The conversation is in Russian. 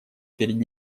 перед